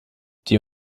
die